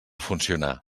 funcionar